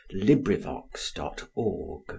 LibriVox.org